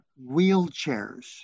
wheelchairs